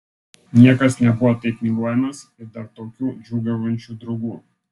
niekas nebuvo taip myluojamas ir dar tokių džiūgaujančių draugų